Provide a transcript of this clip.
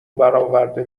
براورده